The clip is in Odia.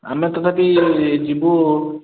ଆମେ ତଥାପି ଯିବୁ